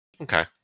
Okay